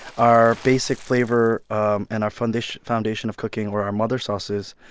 our basic flavor um and our foundation foundation of cooking are our mother sauces.